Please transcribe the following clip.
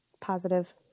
positive